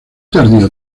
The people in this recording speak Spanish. tardío